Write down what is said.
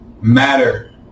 matter